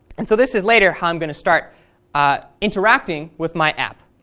and so this is later how i'm going to start ah interacting with my app.